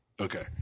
Okay